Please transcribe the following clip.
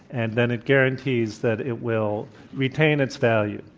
and then it guarantees that it will retain its value.